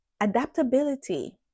adaptability